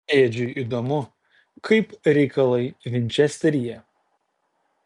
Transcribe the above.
edžiui įdomu kaip reikalai vinčesteryje